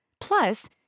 Plus